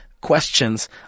questions